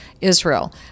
israel